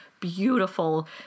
beautiful